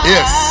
Yes